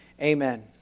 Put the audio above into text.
Amen